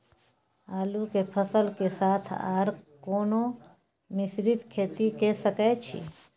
आलू के फसल के साथ आर कोनो मिश्रित खेती के सकैछि?